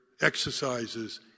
exercises